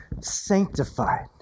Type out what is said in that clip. sanctified